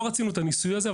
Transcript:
לא רצינו את הניסוי הזה,